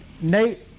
Nate